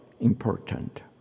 important